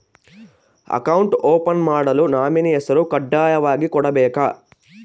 Account open ಮಾಡಲು nominee ಹೆಸರು ಕಡ್ಡಾಯವಾಗಿ ಕೊಡಬೇಕಾ?